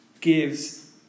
gives